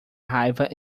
raiva